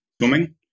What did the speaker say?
swimming